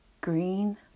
green